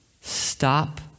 stop